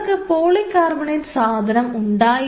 അവർക്ക് പോളികാർബണേറ്റ് സാധനം ഉണ്ടായിരുന്നു